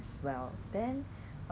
我们可以 mm